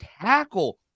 tackle